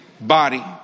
body